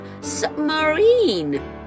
submarine